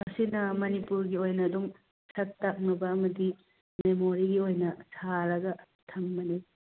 ꯑꯁꯤꯅ ꯃꯅꯤꯄꯨꯔꯒꯤ ꯑꯣꯏꯅ ꯑꯗꯨꯝ ꯁꯛ ꯇꯥꯛꯅꯕ ꯑꯃꯗꯤ ꯃꯦꯃꯣꯔꯤꯒꯤ ꯑꯣꯏꯅ ꯁꯥꯔꯒ ꯊꯝꯕꯅꯦ